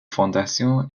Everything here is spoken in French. fondation